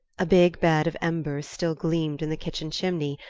a big bed of embers still gleamed in the kitchen chimney,